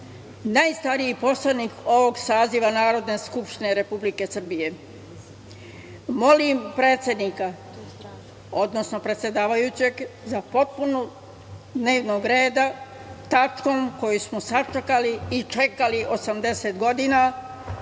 najstariji poslanik ovog saziva Narodne skupštine Republike Srbije. Molim predsednika, odnosno predsedavajućeg za dopunu dnevnog reda tačkom koju smo sačekali i čekali 80 godina,